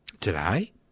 today